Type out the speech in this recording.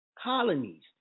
colonies